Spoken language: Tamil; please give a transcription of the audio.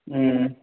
ம்